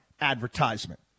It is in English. advertisement